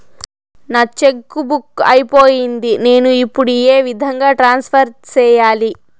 నా cheque book అయిపోయింది నేను ఇప్పుడు ఏ విధంగా ట్రాన్స్ఫర్ సేయాలి?